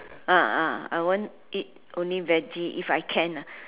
ah ah I want eat only veggie if I can ah